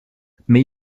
mais